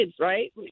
right